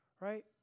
right